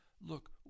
look